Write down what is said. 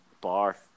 Bar